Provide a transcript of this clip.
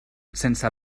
sense